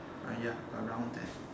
oh ya around there